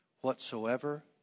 Whatsoever